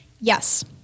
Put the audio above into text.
Yes